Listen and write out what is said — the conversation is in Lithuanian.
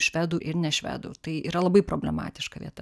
švedų ir ne švedų tai yra labai problematiška vieta